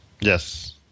Yes